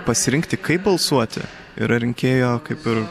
pasirinkti kaip balsuoti yra rinkėjo kaip ir